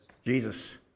Jesus